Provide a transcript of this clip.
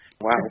Wow